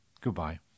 goodbye